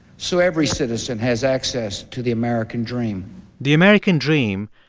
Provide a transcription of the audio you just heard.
so every citizen has access to the american dream the american dream,